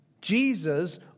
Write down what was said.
Jesus